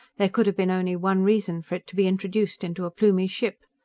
there could have been only one reason for it to be introduced into a plumie ship.